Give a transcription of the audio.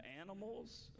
animals